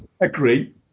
agree